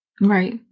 right